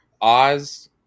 Oz